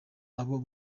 abo